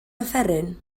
offeryn